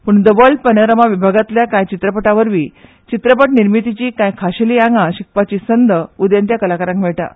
पूण the world panorama विभागांतल्या कांय चित्रपटा वरवीं चित्रपट निर्मितीची कांय खोशेलीं आंगां स्विकारपाची संद उदेंत्या कलाकारांक मेळटा